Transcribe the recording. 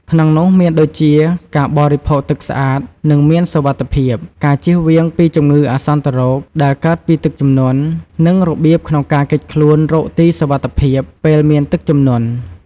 ក្នុងនោះមានដូចជា ការបរិភោគទឹកស្អាត និងមានសុវត្ថិភាព ការជៀសវាងពីជម្ងឺអាសន្នរោគដែលកើតពីទឹកជំនន់ និងរបៀបក្នុងការគេចខ្លួនរកទីសុវត្ថិភាពពេលមានទឹកជំនន់។